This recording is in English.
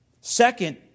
Second